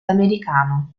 americano